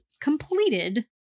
completed